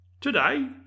Today